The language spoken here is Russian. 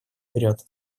вперед